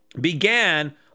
began